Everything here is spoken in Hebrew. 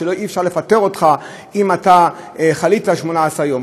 שאי-אפשר לפטר אותך אם חלית 18 יום.